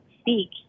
speak